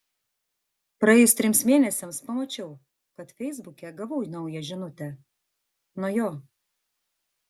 praėjus trims mėnesiams pamačiau kad feisbuke gavau naują žinutę nuo jo